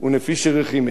נפישי אחי ורחימי,